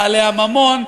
בעלי הממון,